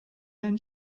then